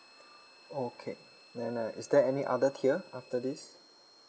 okay then uh is there any other tier after this